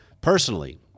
personally